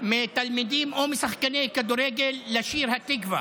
מתלמידים או משחקני כדורגל לשיר התקווה.